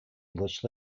english